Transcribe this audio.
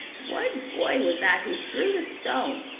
what boy was that who threw the stone?